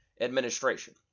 administration